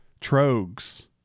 Trogues